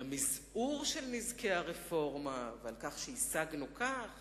על המזעור של נזקי הרפורמה, ועל כך שהשגנו כך